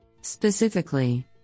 Specifically